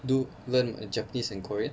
do learn my japanese and korean